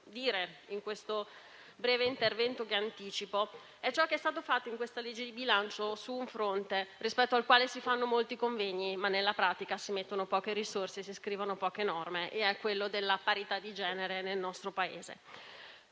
in questo breve intervento è ciò che è stato inserito nel disegno di legge di bilancio su un fronte rispetto al quale si fanno molti convegni, ma nella pratica si mettono poche risorse e si scrivono poche norme. Mi riferisco alla parità di genere nel nostro Paese.